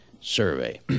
survey